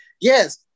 Yes